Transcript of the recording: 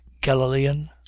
Galilean